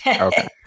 Okay